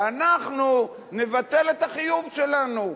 ואנחנו נבטל את החיוב שלנו.